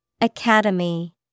Academy